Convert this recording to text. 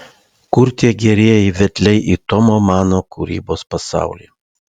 kur tie gerieji vedliai į tomo mano kūrybos pasaulį